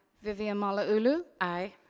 vivian malauulu? aye.